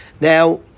Now